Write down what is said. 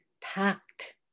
packed